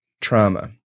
trauma